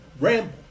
ramble